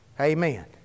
Amen